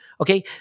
okay